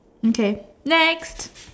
okay next